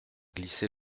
glisser